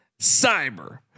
cyber